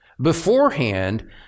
beforehand